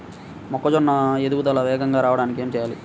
మొక్కజోన్న ఎదుగుదల వేగంగా రావడానికి ఏమి చెయ్యాలి?